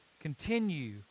continue